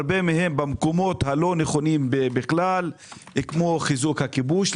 הרבה מהם במקומות הלא נכונים בכלל כמו חיזוק הכיבוש,